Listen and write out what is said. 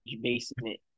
basement